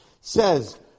says